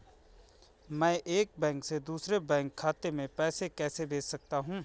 मैं एक बैंक से दूसरे बैंक खाते में पैसे कैसे भेज सकता हूँ?